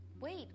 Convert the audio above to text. Wait